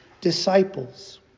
disciples